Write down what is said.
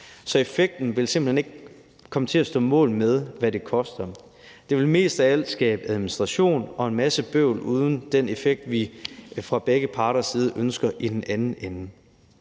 Så effekten vil simpelt hen ikke komme til at stå mål med, hvad det koster. Det vil mest af alt skabe administration og en masse bøvl uden den effekt, vi fra begge parters side ønsker i den anden ende.